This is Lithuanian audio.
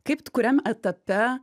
kaip tu kuriam etape